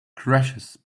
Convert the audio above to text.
crashes